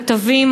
כתבים,